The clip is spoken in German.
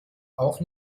auch